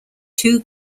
two